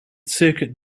circuit